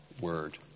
word